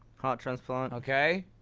heart transplant okay